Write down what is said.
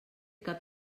cap